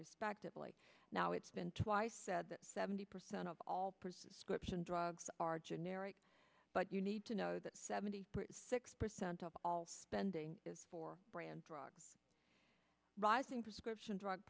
respectively now it's been twice said that seventy percent of all present scription drugs are generic but you need to know that seventy six percent of all spending is for brand drugs